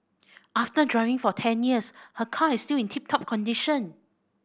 after driving for ten years her car is still in tip top condition